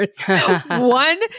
One